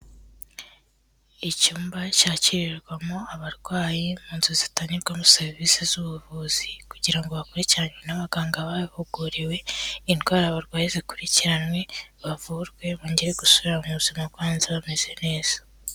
Icyumba cyakirirwamo abarwayi mu nzu zitangirwamo serivisi z'ubuvuzi kugira ngo bakurikiranwe n'abaganga babihuguriwe, indwara barwaye zikurikiranwe, bavurwe, bongere gusubura mu buzima bwo hanze bameze neza.